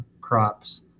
crops